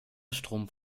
strom